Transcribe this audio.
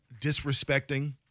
disrespecting